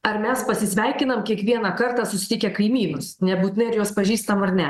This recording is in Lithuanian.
ar mes pasisveikinam kiekvieną kartą susitikę kaimynus nebūtinai ar juos pažįstam ar ne